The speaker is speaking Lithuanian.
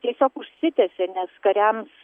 tiesiog užsitęsė nes kariams